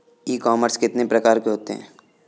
ई commerce कितने प्रकार के होते हैं?